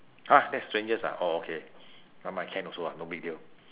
!huh! that's strangest ah oh okay never mind can also ah no big deal